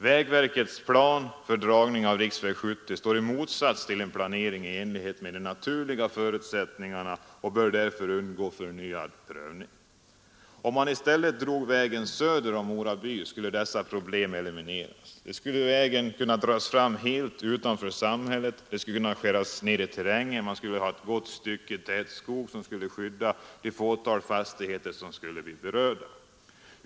Vägverkets plan för dragning av riksväg 70 står i motsats till en planering i enlighet med de naturliga förutsättningarna och bör därför undergå förnyad prövning. Om vägen i stället drogs söder om Mora by, skulle dessa problem elimineras. Där skulle vägen kunna dras fram helt utanför samhället, den skulle kunna skäras ned i terrängen och det skulle finnas ett gott stycke tät skog, som skulle skydda det fåtal fastigheter som skulle bli berörda.